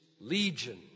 Legion